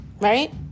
right